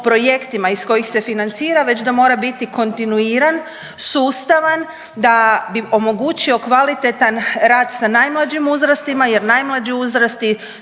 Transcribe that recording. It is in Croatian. projektima iz kojih se financira već da mora biti kontinuiran, sustavan da bi omogućio kvalitetan rad sa najmlađim uzrastima. Jer najmlađi uzrasti